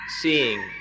seeing